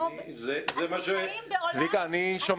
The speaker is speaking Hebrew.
אתם בחיים בעולם מדומיין.